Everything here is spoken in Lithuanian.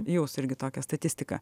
jūs irgi tokią statistiką